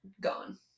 gone